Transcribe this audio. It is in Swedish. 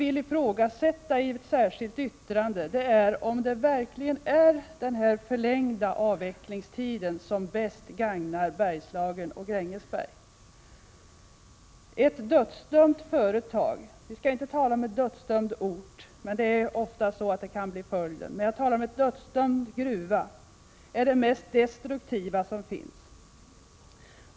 I ett särskilt yttrande vill vi ifrågasätta om det verkligen är den förlängda avvecklingstiden som bäst gagnar Bergslagen och Grängesberg. Ett dödsdömt företag — vi skall inte tala om en dödsdömd ort, även om det ofta kan bli fallet — eller en dödsdömd gruva är det mest destruktiva som finns.